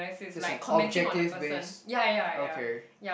this is objective based okay